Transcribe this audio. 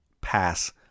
pass